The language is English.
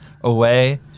away